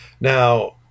Now